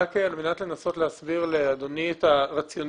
באותו פיגוע נרצחו שישה ישראלים, 23 נפצעו.